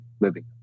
living